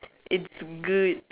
it's good